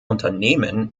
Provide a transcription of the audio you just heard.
unternehmen